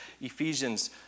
Ephesians